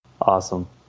Awesome